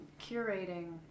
curating